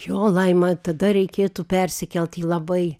jo laima tada reikėtų persikelt į labai